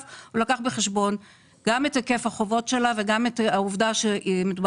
הוא לקח בחשבון גם את היקף החובות שלה וגם את העובדה שמדובר